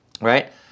right